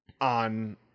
on